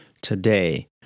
today